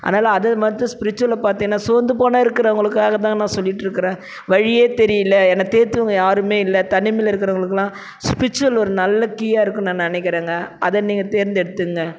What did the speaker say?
அதனால் அதை மட்டும் ஸ்ப்ரிச்சுவலில் பார்த்தீங்கனா சோர்ந்து போய் இருக்கிறவங்களுக்காக தான் நான் சொல்லிகிட்டு இருக்கிறேன் வழியே தெரியல என்ன தேற்றுறவங்க யாரும் இல்லை தனிமையில் இருக்கிறவங்களுக்குலாம் ஸ்ப்ரிச்சுவல் ஒரு நல்ல கீயாக இருக்கும்னு நான் நினைக்குறேங்க அதை நீங்கள் தேர்ந்தேடுத்துக்கோங்க